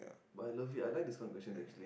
but I love it I like this kind of questions actually